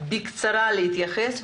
נאפשר לו להתייחס בקצרה.